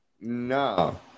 no